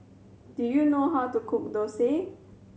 do you know how to cook